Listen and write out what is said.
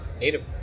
Native